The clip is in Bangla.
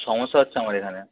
সমস্যা হচ্ছে আমার এখানে